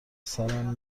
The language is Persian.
سرم